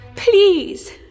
Please